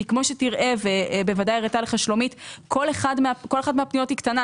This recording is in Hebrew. כי כמו שתראה ובוודאי הראתה לך שלומית - כל אחת מהפניות היא קטנה.